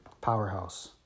powerhouse